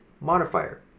modifier